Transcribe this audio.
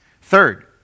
Third